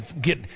get